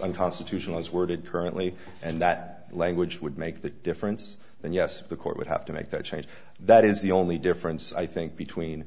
unconstitutional as worded currently and that language would make that difference then yes the court would have to make that change that is the only difference i think between